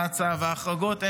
ההחרגות הן: